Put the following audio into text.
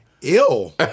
ill